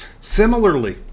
Similarly